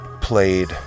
played